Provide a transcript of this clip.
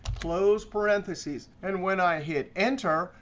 close parentheses. and when i hit enter,